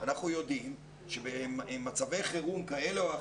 אנחנו יודעים שבמצבי חירום כאלה או אחרים,